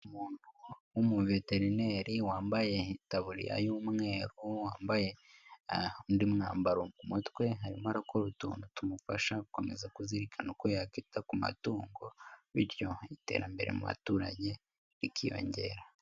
Umuntu w'umuveterineri wambaye itaburiya y'umweru wambaye undi mwambaro mu mutwe, arimo arakora utuntu tumufasha gukomeza kuzirikana uko yakwita ku matungo biryo iterambere mu baturage rikiyongera.